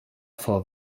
vor